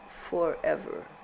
forever